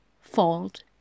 fold